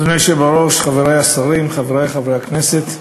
אדוני היושב בראש, חברי השרים, חברי חברי הכנסת,